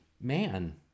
man